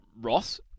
Ross